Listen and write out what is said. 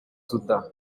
soudan